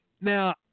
Now